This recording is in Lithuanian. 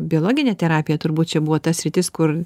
biologinė terapija turbūt čia buvo ta sritis kur